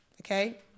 okay